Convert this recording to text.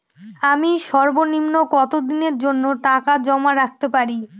আমি সর্বনিম্ন কতদিনের জন্য টাকা জমা রাখতে পারি?